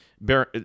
bear